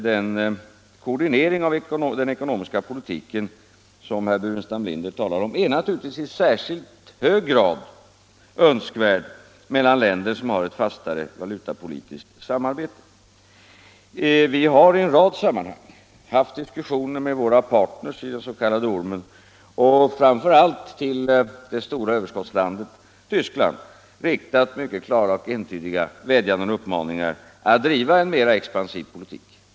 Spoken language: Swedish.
Den koordinering av den ekonomiska politiken som herr Burenstam Linder talar om är naturligtvis i särskilt hög grad önskvärd mellan länder som har ett fastare valutapolitiskt samarbete. Vi har i en rad sammanhang haft diskussioner med våra partner i den s.k. ormen och, framför allt till det stora överskottslandet Västtyskland, riktat mycket klara och entydiga vädjanden och uppmaningar att driva en mera expansiv politik.